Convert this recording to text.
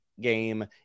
game